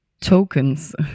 Tokens